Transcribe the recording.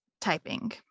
typing